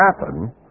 happen